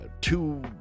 two